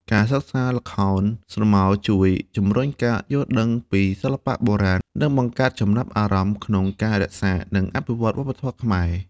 ការសិក្សាល្ខោនស្រមោលជួយជំរុញការយល់ដឹងពីសិល្បៈបុរាណ និងបង្កើតចំណាប់អារម្មណ៍ក្នុងការរក្សា និងអភិវឌ្ឍវប្បធម៌ខ្មែរ។